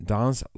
Dans